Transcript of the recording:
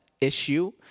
issue